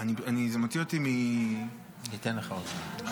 זה מוציא אותי --- אני אתן לך עוד זמן.